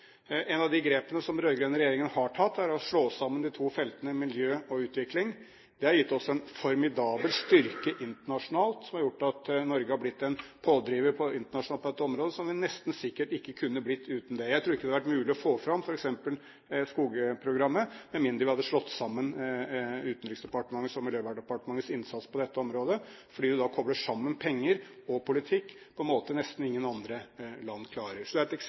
av grepene den rød-grønne regjeringen har tatt, er å slå sammen de to feltene miljø og utvikling. Det har gitt oss en formidabel styrke internasjonalt, som har gjort at Norge har blitt en pådriver internasjonalt på dette området, som vi nesten sikkert ikke kunne blitt uten det. Jeg tror ikke det hadde vært mulig å få fram f.eks. skogprogrammet med mindre vi hadde slått sammen Utenriksdepartementets og Miljøverndepartementets innsats på dette området, fordi du da kobler sammen penger og politikk på en måte som nesten ingen andre land klarer. Så det er et